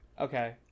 Okay